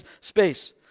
space